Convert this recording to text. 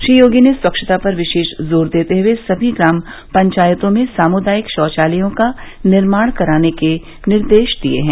श्री योगी ने स्वच्छता पर विशेष जोर देते हुए सभी ग्राम पंचायतों में सामुदायिक शौचालयों का निर्माण कराने के निर्देश दिए हैं